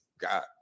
God